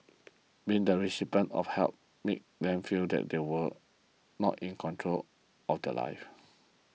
being the recipients of help made them feel they were not in control of their lives